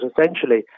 essentially